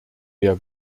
der